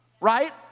right